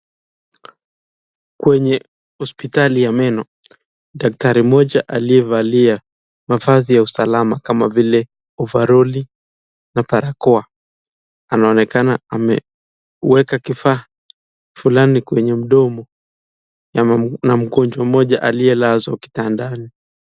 Kwenye hospitali ya meno, daktari mmoja alievalia mavazi ya kinga kama vile overall na barakoa. Anaonekana ameweka kifaa kimoja kwenye mdomo wa mgonjwa mmoja aliyelazwa kitandani.